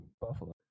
Buffalo